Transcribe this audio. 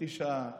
חצי שעה,